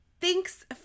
Thanks